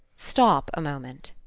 stop a moment.